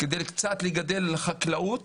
כדי קצת לגדל חקלאות